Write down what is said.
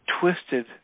twisted